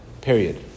Period